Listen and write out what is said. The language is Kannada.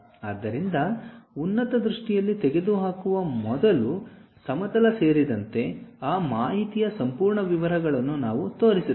ಆದ್ದರಿಂದ ಉನ್ನತ ದೃಷ್ಟಿಯಲ್ಲಿ ತೆಗೆದುಹಾಕುವ ಮೊದಲು ಸಮತಲ ಸೇರಿದಂತೆ ಆ ಮಾಹಿತಿಯ ಸಂಪೂರ್ಣ ವಿವರಗಳನ್ನು ನಾವು ತೋರಿಸುತ್ತೇವೆ